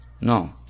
No